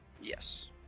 Yes